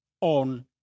on